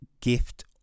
gift